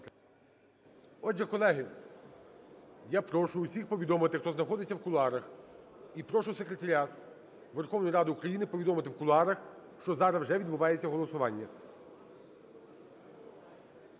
отже, колеги, я прошу усіх повідомити, хто знаходиться в кулуарах, і прошу Секретаріат Верховної Ради України повідомити в кулуарах, що зараз вже відбувається голосування.